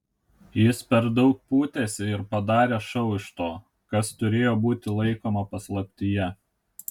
jis per daug pūtėsi ir padarė šou iš to kas turėjo būti laikoma paslaptyje